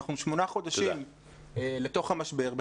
אנחנו שמונה חודשים לתוך המשבר.